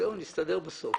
ובסוף נסתדר.